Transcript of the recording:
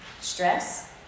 Stress